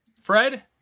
Fred